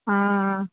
ஆ ஆ